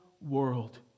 world